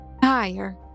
Higher